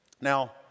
Now